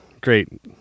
Great